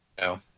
No